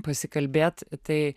pasikalbėt tai